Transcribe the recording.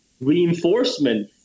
reinforcement